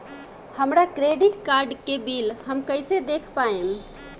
हमरा credit card के bill हम कइसे देख पाएम?